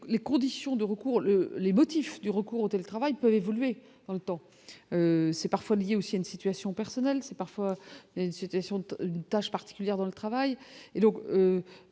les conditions de recours les motifs du recours au télétravail peut évoluer dans le temps, c'est parfois aussi une situation personnelle, c'est parfois il y a une situation d'une tâche particulière dans le travail et donc